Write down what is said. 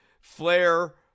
Flair